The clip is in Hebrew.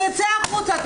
אני אצא החוצה.